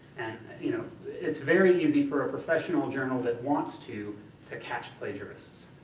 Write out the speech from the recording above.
you know it's very easy for a professional journal that wants to to catch plagiarists.